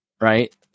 right